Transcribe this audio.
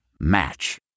Match